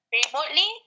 remotely